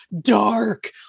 dark